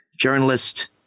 journalist